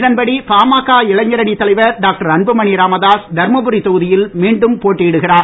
இதன்படி பாமக இளைஞர் அணித் தலைவர் டாக்டர் அன்புமணி ராமதாஸ் தர்மபுரி தொகுதியில் மீண்டும் போட்டியிடுகிறார்